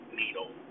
needle